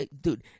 dude